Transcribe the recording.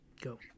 Go